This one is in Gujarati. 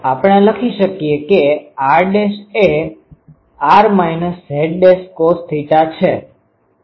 આપણે લખી શકીએ કે r' એ r Z'cosθ છે